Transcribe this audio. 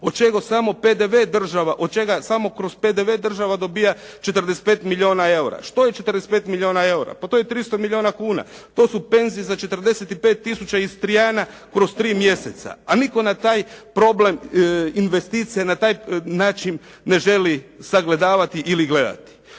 od čega samo kroz PDV država dobiva 45 milijuna eura. Što je 45 milijuna eura? Pa to je 300 milijuna kuna, to su penzije za 45 tisuća Istrijana kroz 3 mjeseca a nitko na taj problem investicija, na taj način ne želi sagledavati ili gledati.